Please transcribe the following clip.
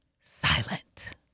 silent